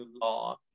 law